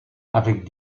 avec